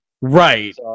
Right